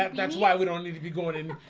um that's why we don't need to be going in.